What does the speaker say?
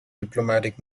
diplomatic